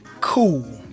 Cool